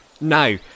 No